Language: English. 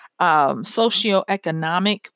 socioeconomic